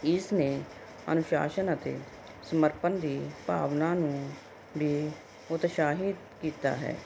ਇਸ ਨੇ ਅਨੁਸ਼ਾਸਨ ਅਤੇ ਸਮਰਪਣ ਦੀ ਭਾਵਨਾ ਨੂੰ ਵੀ ਉਤਸ਼ਾਹਿਤ ਕੀਤਾ ਹੈ